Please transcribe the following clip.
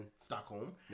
Stockholm